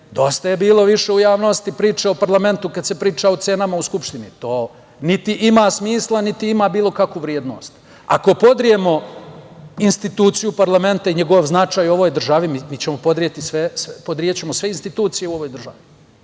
Dosta je bilo više u javnosti priče o parlamentu kad se priča o cenama u Skupštini. To niti ima smisla, niti ima bilo kakvu vrednost. Ako podrijemo instituciju parlamenta i njegov značaj u ovoj državi, mi ćemo podrijeti sve institucije u ovoj državi.